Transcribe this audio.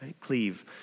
Cleave